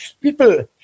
people